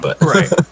Right